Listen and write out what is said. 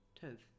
tenth